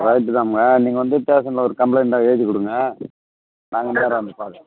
right தான்ங்க நீங்கள் வந்து ஸ்டேஷன்ல ஒரு கம்ப்ளைண்ட்டாக எழுதிக் கொடுங்க நாங்கள் நேராக வந்து பார்க்கறோம்